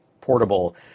portable